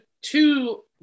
two